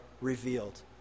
revealed